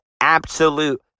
absolute